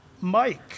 Mike